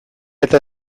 eta